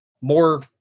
more